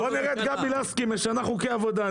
בוא נראה את גבי לסקי משנה חוקי עבודה,